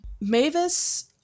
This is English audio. Mavis